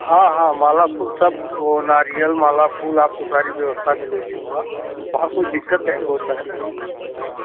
हाँ हाँ माला फूल सब वो नारियल माला फूल आपको सारी व्यवस्था मिलेगी वहाँ वहाँ कोई दिक़्क़त नहीं होता है ना हाँ